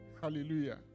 Hallelujah